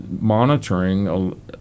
monitoring